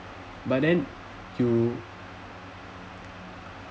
but then you